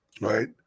right